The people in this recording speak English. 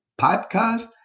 podcast